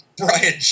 Brian